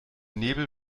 nebel